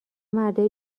مردای